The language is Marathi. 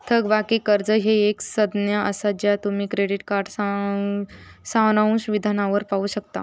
थकबाकी कर्जा ह्या एक संज्ञा असा ज्या तुम्ही क्रेडिट कार्ड सारांश विधानावर पाहू शकता